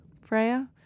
Freya